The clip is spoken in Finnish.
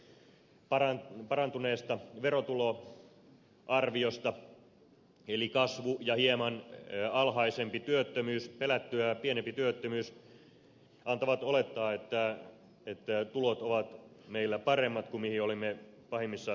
se johtuu pääsääntöisesti parantuneesta verotuloarviosta eli kasvu ja hieman pelättyä pienempi työttömyys antavat olettaa että tulot ovat meillä paremmat kuin mihin olimme pahimmassa skenaarioissa varautuneet